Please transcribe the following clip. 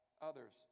others